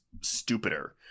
stupider